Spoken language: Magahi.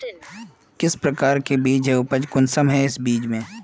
किस प्रकार के बीज है उपज कुंसम है इस बीज में?